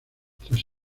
tras